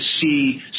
see